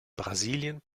brasilien